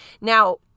Now